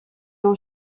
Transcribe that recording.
ont